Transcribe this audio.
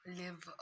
live